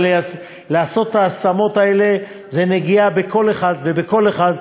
אבל לעשות את ההשמות האלה זה נגיעה בכל אחד ואחד,